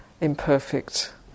imperfect